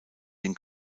den